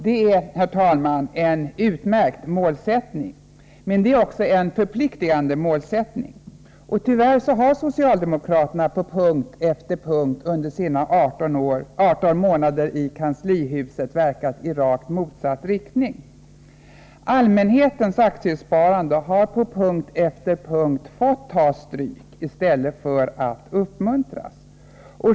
Det är, herr talman, en utmärkt målsättning. Men det är också en förpliktigande målsättning. Tyvärr har socialdemokraterna på punkt efter punkt under sina 18 månader i kanslihuset verkat i rakt motsatt riktning. Allmänhetens aktiesparande har på punkt efter punkt fått ta stryk i stället för att uppmuntras.